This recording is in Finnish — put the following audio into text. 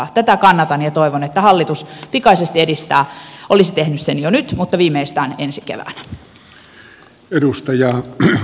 tätä kannatan ja toivon että hallitus pikaisesti edistää olisi tehnyt sen jo nyt mutta viimeistään ensi keväänä